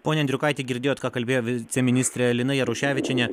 pone andriukaiti girdėjot ką kalbėjo viceministrė lina jaruševičienė